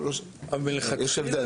יש הבדל.